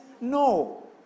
no